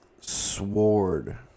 sword